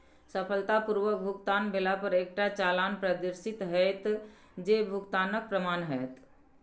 सफलतापूर्वक भुगतान भेला पर एकटा चालान प्रदर्शित हैत, जे भुगतानक प्रमाण हैत